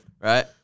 Right